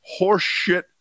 horseshit